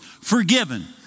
forgiven